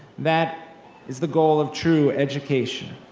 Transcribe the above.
that is the goal of true education.